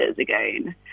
again